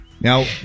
Now